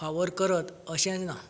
फावर करत अशें ना